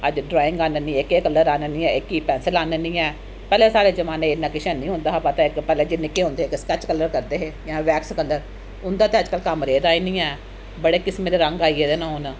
अज्ज ड्राइंग आह्ननी ऐ एह्के कलर आह्ननी ऐ एह्की पैन्सल आह्ननी ऐ पैह्लें साढ़े जमान्ने च इन्ना किश हैन्नी होंदा हा पता इक पैह्लें जे निक्के होंदे इक स्कैच कलर करदे हे जां वैक्स कलर उं'दा ते अजकल्ल कम्म रेहा दा गै निं ऐ बड़े किसमै दे रंग आई गेदे नै हून